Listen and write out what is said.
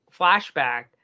flashback